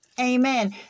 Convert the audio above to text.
Amen